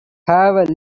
have